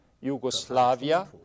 Yugoslavia